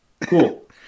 Cool